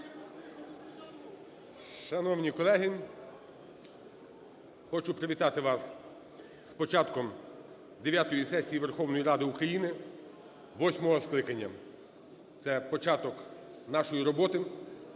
Шановні колеги, хочу привітати вас з початком дев'ятої сесії Верховної Ради України восьмого скликання. Це початок нашої роботи